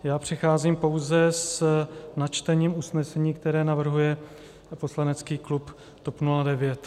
Já přicházím pouze s načtením usnesení, které navrhuje poslanecký klub TOP 09.